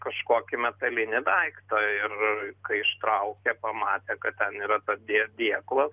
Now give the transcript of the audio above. kažkokį metalinį daiktą ir kai ištraukė pamatė kad ten yra ta dė dėklas